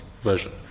version